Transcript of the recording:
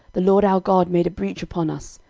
the lord our god made a breach upon us,